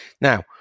Now